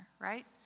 right